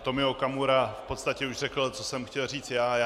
Tomio Okamura v podstatě už řekl, co jsem chtěl říct já.